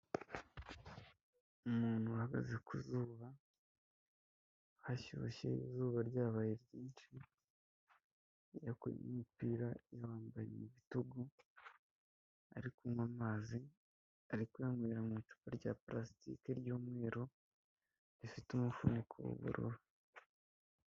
Umuntu uhagaze ku zuba hashyushye izuba ryabaye ryinshi, yakuye umupira yawambaye bitugu ari kunywa amazi ari kuyanywera mu icupa rya palasitike ry'umweru rifite umufuniko w'ubururu.